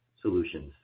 solutions